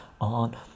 on